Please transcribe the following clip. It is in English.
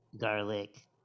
garlic